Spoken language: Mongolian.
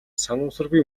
санамсаргүй